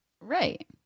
right